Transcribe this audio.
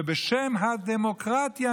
ובשם הדמוקרטיה,